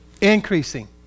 Increasing